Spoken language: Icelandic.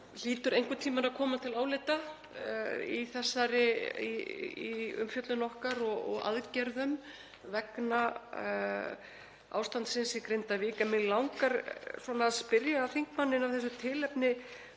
hlýtur einhvern tíma að koma til álita í umfjöllun okkar og aðgerðum vegna ástandsins í Grindavík. En mig langar að spyrja þingmanninn af þessu tilefni